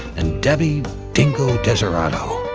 and debbie dingo desiderato.